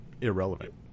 irrelevant